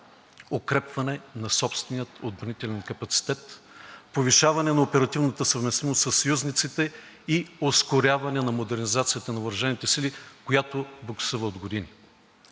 укрепване на собствения отбранителен капацитет, повишаване на оперативната съвместимост със съюзниците и ускоряване на модернизацията на въоръжените сили, която буксува от години.